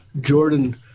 Jordan